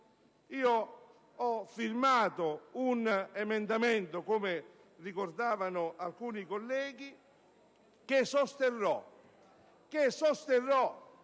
sottoscritto un emendamento - come ricordavano alcuni colleghi - che sosterrò,